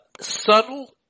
subtle